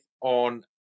on